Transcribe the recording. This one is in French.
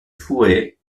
fouet